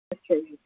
ਅੱਛਾ ਜੀ